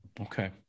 Okay